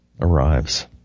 arrives